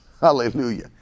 Hallelujah